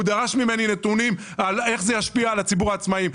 הוא דרש ממני נתונים על איך זה ישפיע על ציבור העצמאים,